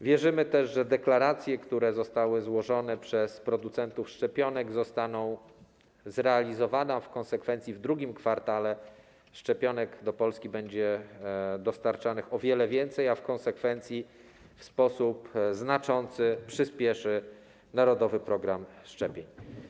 Wierzymy też, że deklaracje, które zostały złożone przez producentów szczepionek, zostaną zrealizowane, a w konsekwencji w II kwartale szczepionek do Polski będzie dostarczanych o wiele więcej, co w sposób znaczący przyspieszy realizację narodowego programu szczepień.